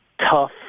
tough